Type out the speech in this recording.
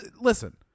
listen